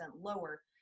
lower